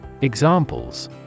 Examples